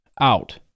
out